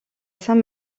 saint